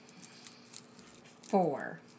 Four